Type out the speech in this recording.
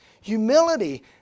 Humility